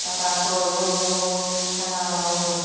তাপা আকৌ এইবোৰ